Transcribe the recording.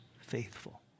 faithful